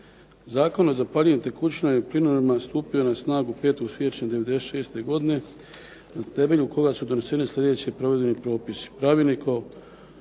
Zakon o zapaljivim tekućinama i plinovima stupio je na snagu 5. siječnja '96. godine na temelju koga su doneseni sljedeći provedbeni propisi: